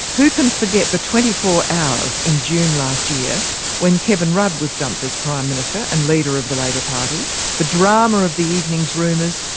who can forget the twenty four hours in june last year when kevin rudd was dumped as prime minister and leader of the labor party the drama of the evening's rumours,